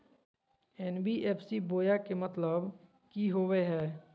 NBFC बोया के मतलब कि होवे हय?